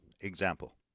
example